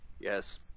Yes